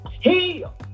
Heal